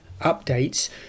updates